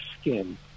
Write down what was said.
skin